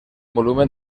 volumen